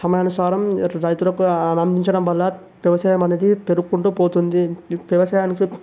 సమను సారం రైతులకు ఆనందించడం వల్ల వ్యవసాయం అనేది పెరుగుకుంటూ పోతుంది వ్యవసాయంకి